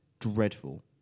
dreadful